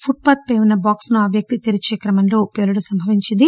put పాత్పై ఉన్న బాక్స్ను ఆ వ్యక్తి తెరిచే క్రమంలో పేలుడు సంభవించింది